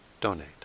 donate